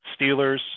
Steelers